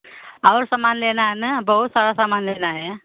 और सामान लेना है ना बहुत सारा सामान लेना है